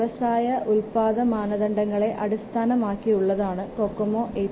വ്യവസായ ഉൽപ്പാദ മാനദണ്ഡങ്ങളെ അടിസ്ഥാനമാക്കിയുള്ളതാണ് കൊക്കോമോ 81